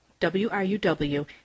WRUW